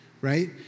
right